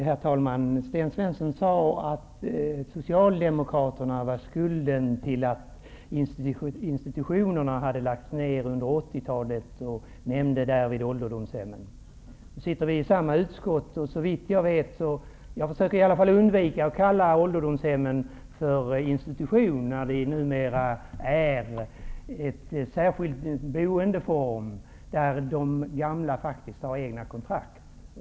Herr talman! Sten Svensson sade att Socialdemokraterna hade skulden till att institutionerna hade lagts ner under 80-talet och nämnde därvid ålderdomshemmen. Sten Svensson och jag sitter i samma utskott. Jag försöker undvika att kalla ålderdomshemmen för institutioner. De utgör ju numera faktiskt en särskild boendeform, där de gamla faktiskt har egna kontrakt.